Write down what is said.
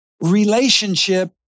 relationship